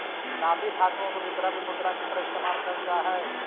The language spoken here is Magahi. काफी धातुओं को भी द्रव्य मुद्रा की तरह इस्तेमाल करल जा हई